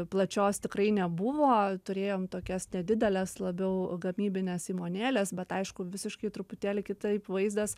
plačios tikrai nebuvo turėjom tokias nedideles labiau gamybines įmonėles bet aišku visiškai truputėlį kitaip vaizdas